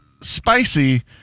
spicy